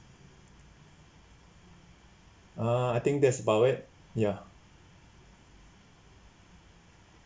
err I think that's about it ya